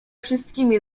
wszystkimi